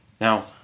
Now